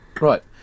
Right